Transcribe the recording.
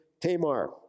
Tamar